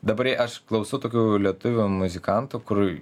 dabar aš klausau tokių lietuvių muzikantų kur